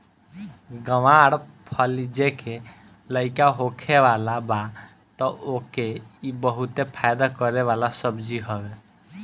ग्वार फली जेके लईका होखे वाला बा तअ ओके इ बहुते फायदा करे वाला सब्जी हवे